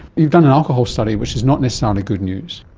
you've done an alcohol study which is not necessarily good news.